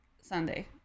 sunday